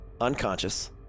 unconscious